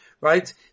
right